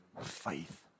faith